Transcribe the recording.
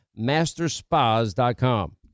masterspas.com